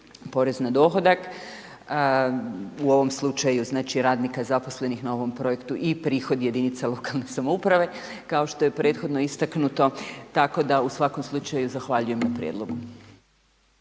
porez na dohodak u ovom slučaju radnika zaposlenih na ovom projektu i prihod jedinica lokalne samouprave kao što je prethodno istaknuto, tako da u svakom slučaju zahvaljujem na prijedlogu.